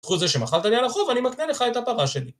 בזכות זה שמחלת לי על החוב אני מקנה לך את הפרה שלי